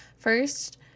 First